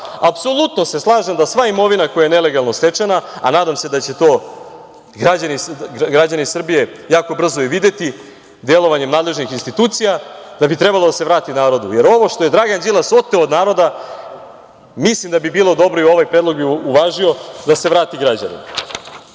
Apsolutno se slažem da sva imovina koja je nelegalno stečena, a nadam se da će to građani Srbije jako brzo videti delovanjem nadležnih institucija da bi trebalo da se vrati narodu. Ovo što je Dragan Đilas oteo od narod, mislim da bi bilo dobro i ovaj predlog bih uvažio, da se vrati građanima.No,